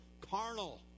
Carnal